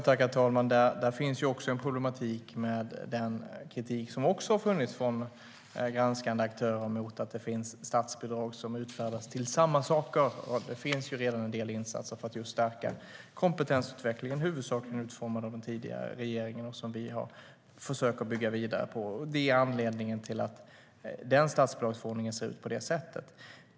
Herr talman! Det finns också en problematik med den kritik som har funnits från granskande aktörer mot att det finns statsbidrag som utfärdas till samma saker. Det finns ju redan en del insatser för att stärka kompetensutvecklingen, i huvudsak utformade av den tidigare regeringen och som vi försöker bygga vidare på. Det är anledningen till att den statsbidragsförordningen ser ut på det sättet.